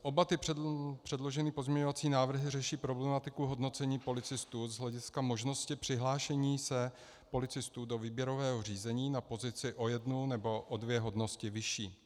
Oba předložené pozměňovací návrhy řeší problematiku hodnocení policistů z hlediska možnosti přihlášení se policistů do výběrového řízení na pozici o jednu nebo o dvě hodnosti vyšší.